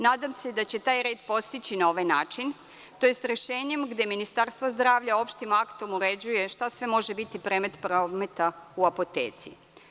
Nadam se da će taj red postići na ovaj način, tj. rešenjem gde Ministarstvo zdravlja opštim aktom uređuje šta sve može biti predmet prometa u apoteci.